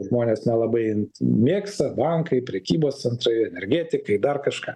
žmonės nelabai mėgsta bankai prekybos centrai energetikai dar kažką